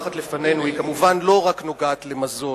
הבעיה הזאת שמונחת לפנינו כמובן לא נוגעת רק למזון.